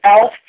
Elf